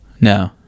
no